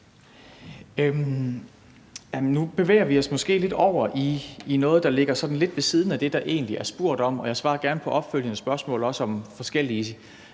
Nu bevæger vi os måske lidt over i noget, der ligger sådan lidt ved siden af det, der egentlig er spurgt om, og jeg svarer også gerne på opfølgende spørgsmål om forskellige